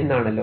എന്നാണല്ലോ